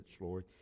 Lord